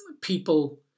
people